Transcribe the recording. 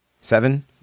seven